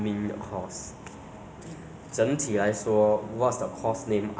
they went to high NITEC it's either go army or go poly